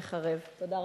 ייחרב.